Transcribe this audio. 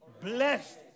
Blessed